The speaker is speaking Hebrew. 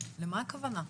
למה הכוונה?